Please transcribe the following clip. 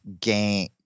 gain